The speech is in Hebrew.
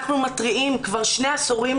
אנחנו מתריעים כבר שני עשורים,